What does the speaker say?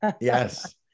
Yes